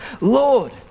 Lord